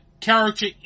character